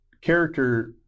character